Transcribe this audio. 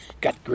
got